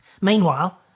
Meanwhile